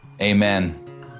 amen